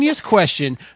question